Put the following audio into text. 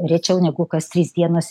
rečiau negu kas trys dienos